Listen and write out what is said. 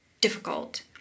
difficult